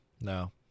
No